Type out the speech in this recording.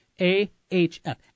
A-H-F